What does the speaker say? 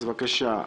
בבקשה.